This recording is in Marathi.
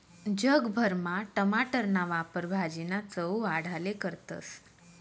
जग भरमा टमाटरना वापर भाजीना चव वाढाले करतस